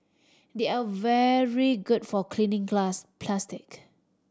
they are very good for cleaning glass plastic